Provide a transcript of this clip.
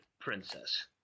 Princess